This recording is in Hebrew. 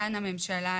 כאן הממשלה,